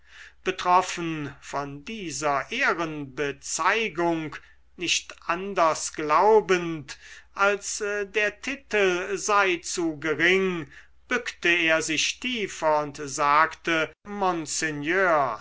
betroffen von dieser ehrenbezeigung nicht anders glaubend als der titel sei zu gering bückte er sich tiefer und sagte